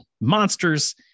monsters